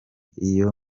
iyo